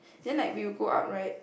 then like we would go up right